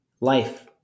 Life